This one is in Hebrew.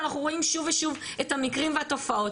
אנחנו רואים שוב ושוב את המקרים והתופעות.